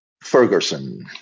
Ferguson